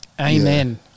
amen